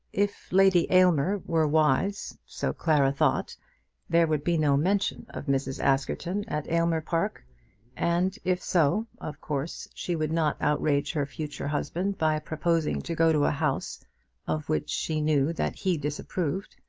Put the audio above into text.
if lady aylmer were wise so clara thought there would be no mention of mrs. askerton at aylmer park and, if so, of course she would not outrage her future husband by proposing to go to a house of which she knew that he disapproved.